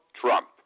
Trump